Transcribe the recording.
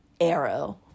Arrow